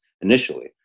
initially